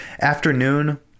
afternoon